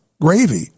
Gravy